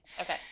Okay